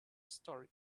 story